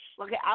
Okay